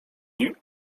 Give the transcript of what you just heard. nim